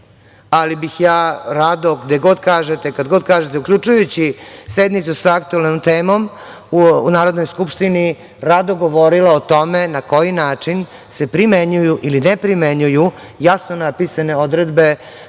gde god kažete, kada god kažete, uključujući sednicu sa aktuelnom temom u Narodnoj skupštini rado govorila o tome na koji način se primenjuju ili ne primenjuju jasno napisane odredbe